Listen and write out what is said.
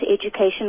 education